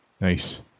Nice